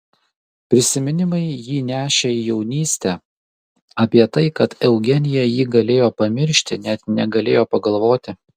prisiminimai jį nešė į jaunystę apie tai kad eugenija jį galėjo pamiršti net negalėjo pagalvoti